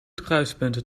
kruispunten